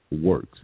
works